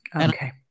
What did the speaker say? Okay